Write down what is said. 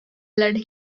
led